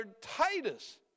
Titus